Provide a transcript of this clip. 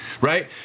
right